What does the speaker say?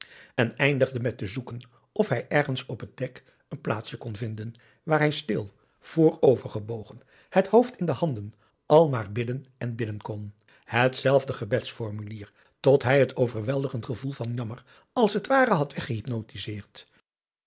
en eindigde met te zoeken of hij ergens op het dek een plaatsje kon vinden waar hij stil voorovergebogen het hoofd in de handen al maar bidden en bidden kon het zelfde gebedsformulier tot hij het overweldigend gevoel van jammer als het ware had